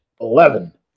Eleven